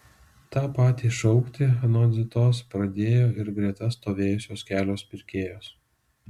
tą patį šaukti anot zitos pradėjo ir greta stovėjusios kelios pirkėjos